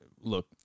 Look